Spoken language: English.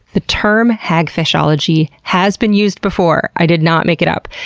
the term hagfishology has been used before, i did not make it up.